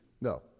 no